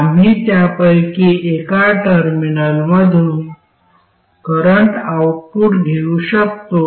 आम्ही त्यापैकी एका टर्मिनलमधून करंट आऊटपुट घेऊ शकतो